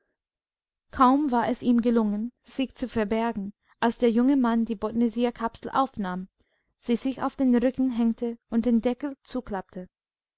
kaum war es ihm gelungen sich zu verbergen als der junge mann die botanisierkapsel aufnahm sie sich auf den rücken hängte und den deckel zuklappte